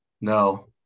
No